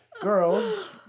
Girls